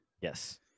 Yes